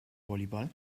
volleyball